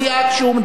כשהוא מדבר,